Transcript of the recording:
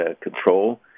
control